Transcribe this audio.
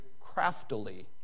craftily